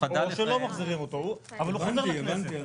או שלא מחזירים אותו, אבל הוא חוזר לכנסת.